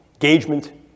engagement